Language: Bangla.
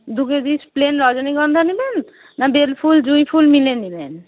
দু কেজি প্লেন রজনীগন্ধা নেবেন না বেলফুল জুঁইফুল মিলে নেবেন